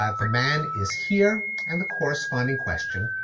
um the man is here, and the corresponding question,